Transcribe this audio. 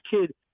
kid